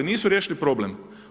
Nisu riješili problem.